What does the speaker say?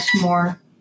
more